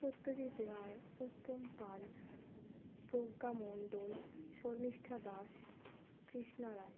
Satyajit Ray Uttam Pal Pragya Mondal Sharmistha Das Krishna Roy